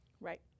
Right